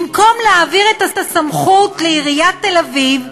במקום להעביר את הסמכות לעיריית תל-אביב,